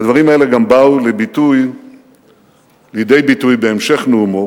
הדברים האלה גם באו לידי ביטוי בהמשך נאומו,